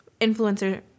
influencer